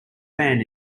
fan